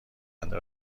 آینده